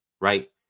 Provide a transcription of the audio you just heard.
right